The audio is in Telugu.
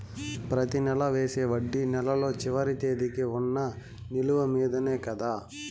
ప్రతి నెల వేసే వడ్డీ నెలలో చివరి తేదీకి వున్న నిలువ మీదనే కదా?